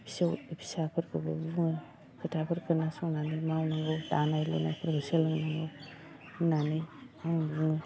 फिसौ फिसाफोरखौबो बुङो खोथाफोर खोनासंनानै मावनांगौ दानाय लुनायफोरखौ सोलोंनांगौ होननानै आं बुङो